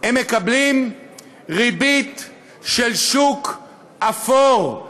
הם מקבלים ריבית של שוק אפור.